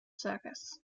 circus